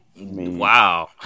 wow